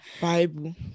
bible